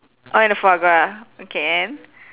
orh and the foie gras okay and